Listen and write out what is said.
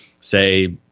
say